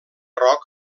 rock